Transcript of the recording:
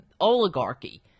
oligarchy